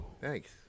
thanks